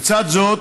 לצד זאת,